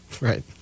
right